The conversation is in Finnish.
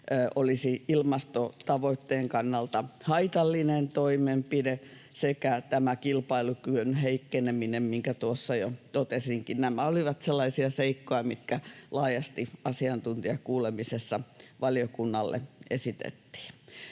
olisi ilmastotavoitteen kannalta haitallinen toimenpide, ja on tämä kilpailukyvyn heikkeneminen, minkä tuossa jo totesinkin. Nämä olivat sellaisia seikkoja, mitkä laajasti asiantuntijakuulemisessa valiokunnalle esitettiin.